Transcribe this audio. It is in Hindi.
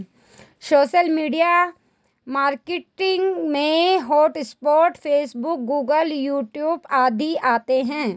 सोशल मीडिया मार्केटिंग में WhatsApp Facebook Google YouTube आदि आते है